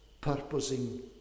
purposing